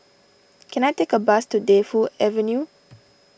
can I take a bus to Defu Avenue